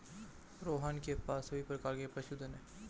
रोहन के पास सभी प्रकार के पशुधन है